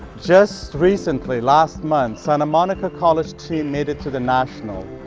just recently last month, santa monica college team made it to the nationals.